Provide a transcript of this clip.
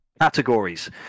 categories